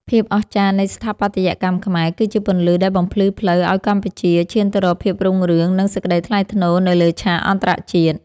ភាពអស្ចារ្យនៃស្ថាបត្យកម្មខ្មែរគឺជាពន្លឺដែលបំភ្លឺផ្លូវឱ្យកម្ពុជាឈានទៅរកភាពរុងរឿង និង សេចក្តីថ្លៃថ្នូរនៅលើឆាកអន្តរជាតិ។